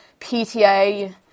PTA